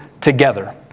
together